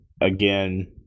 again